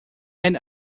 had